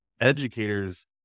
educators